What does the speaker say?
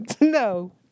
no